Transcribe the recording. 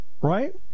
Right